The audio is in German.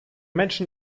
menschen